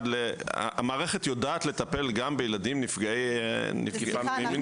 המערכת יודעת לטפל גם בילדים נפגעי תקיפה מינית.